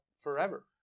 forever